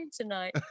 tonight